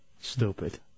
Stupid